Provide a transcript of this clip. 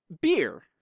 beer